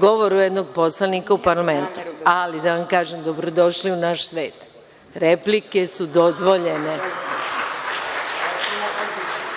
govoru jednog poslanika u parlamentu, ali da vam kažem - dobro došli u naš svet. Replike su dozvoljene.